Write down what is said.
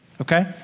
Okay